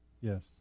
Yes